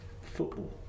Football